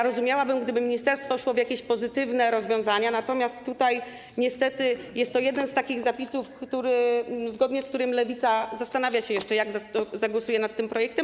Rozumiałabym, gdyby ministerstwo szło w jakieś pozytywne rozwiązania, natomiast niestety jest to jeden z takich zapisów, zgodnie z którym Lewica zastanawia się jeszcze, jak zagłosuje nad tym projektem.